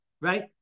Right